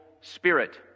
spirit